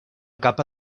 capa